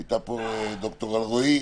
הייתה פה ד"ר אלרעי